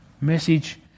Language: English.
message